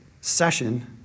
session